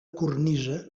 cornisa